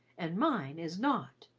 and mine is not.